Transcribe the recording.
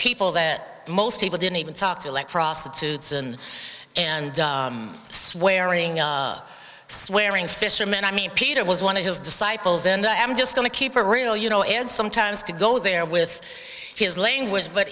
people that most people didn't even talk to let prostitutes and and swearing swearing fishermen i mean peter was one of his disciples and i am just going to keep it real you know and sometimes to go there with his language but